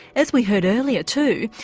as we heard earlier too,